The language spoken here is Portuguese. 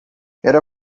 era